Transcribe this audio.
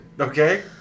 Okay